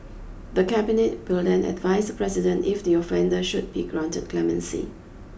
the Cabinet will then advise the President if the offender should be granted clemency